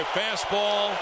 fastball